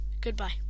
Goodbye